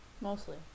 Mostly